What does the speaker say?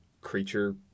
creature